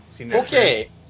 Okay